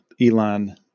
Elon